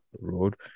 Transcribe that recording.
road